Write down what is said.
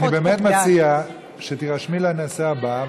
אני באמת מציע שתירשמי לנושא הבא,